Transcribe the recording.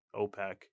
OPEC